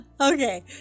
okay